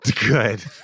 Good